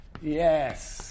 Yes